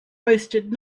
wasted